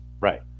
Right